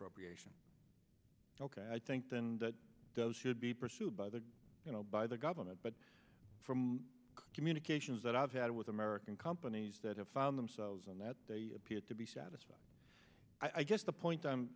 expropriation ok i think then that does he would be pursued by the you know by the government but from communications that i've had with american companies that have found themselves in that they appeared to be satisfied i guess the point i'm